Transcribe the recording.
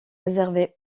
réservées